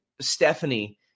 Stephanie